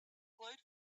glowed